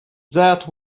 that